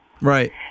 Right